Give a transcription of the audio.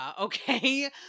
okay